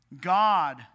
God